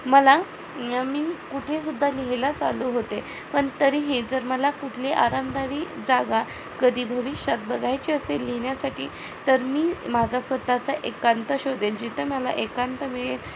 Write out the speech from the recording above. मला नेहमी कुठे सुद्धा लिहिला चालू होते पण तरीही जर मला कुठली आरामदायी जागा कधी भविष्यात बघायची असेल लिहिण्यासाठी तर मी माझा स्वत चा एकांत शोधेन जिथं मला एकांत मिळेल